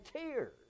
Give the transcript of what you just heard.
tears